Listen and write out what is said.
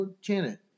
Janet